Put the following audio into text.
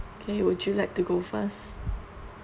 okay would you like to go first